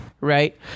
right